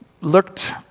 looked